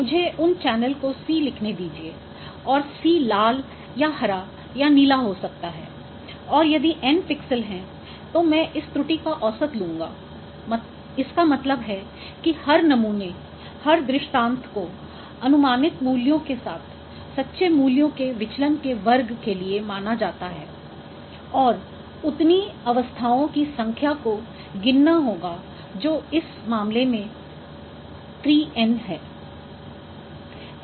मुझे उन चैनल को C लिखने दीजिए और C लाल या हरा या नीला हो सकता है और यदि N पिक्सेल हैं तो मैं इस त्रुटि का औसत लूँगा इसका मतलब है कि हर नमूने हर दृष्टांत को अनुमानित मूल्यों के साथ सच्चे मूल्यों के विचलन के वर्ग के लिए माना जाता है और उतनी अवस्थाओं की संख्या को गिनना होगा जो इस मामले में 3N है